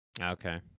Okay